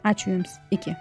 ačiū jums iki